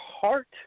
heart